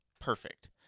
perfect